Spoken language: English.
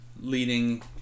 leading